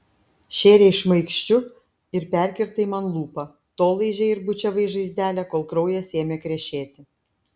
šėrei šmaikščiu ir perkirtai man lūpą tol laižei ir bučiavai žaizdelę kol kraujas ėmė krešėti